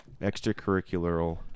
extracurricular